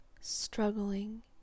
struggling